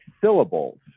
syllables